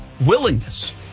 willingness